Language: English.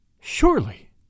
Surely